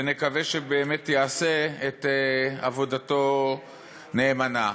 ונקווה שבאמת יעשה את עבודתו נאמנה.